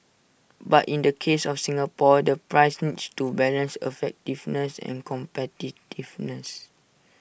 but in the case of Singapore the price needs to balance effectiveness and competitiveness